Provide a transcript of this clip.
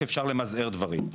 אפשר למזער דברים,